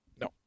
No